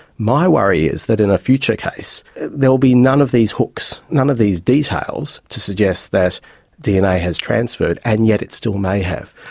my worry is that in a future case there will be none of these hooks, none of these details to suggest that dna has transferred, and yet it still may have.